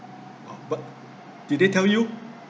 ah but did they tell you